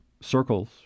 circles